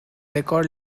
record